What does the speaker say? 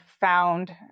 found